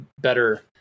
better